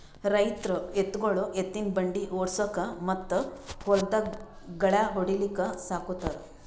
ರೈತರ್ ಎತ್ತ್ಗೊಳು ಎತ್ತಿನ್ ಬಂಡಿ ಓಡ್ಸುಕಾ ಮತ್ತ್ ಹೊಲ್ದಾಗ್ ಗಳ್ಯಾ ಹೊಡ್ಲಿಕ್ ಸಾಕೋತಾರ್